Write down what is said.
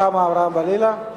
רוחמה אברהם-בלילא.